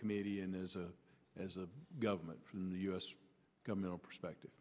comedian is a as a government from the u s government a perspective